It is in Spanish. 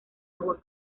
agua